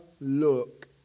look